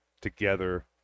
together